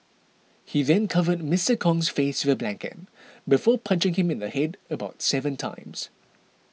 he then covered Mister Kong's face with a blanket before punching him in the head about seven times